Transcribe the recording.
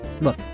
Look